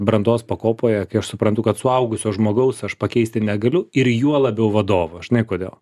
brandos pakopoje kai aš suprantu kad suaugusio žmogaus aš pakeisti negaliu ir juo labiau vadovo žinai kodėl